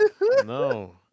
no